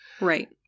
Right